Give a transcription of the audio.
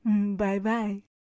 Bye-bye